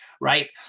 right